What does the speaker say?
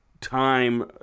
time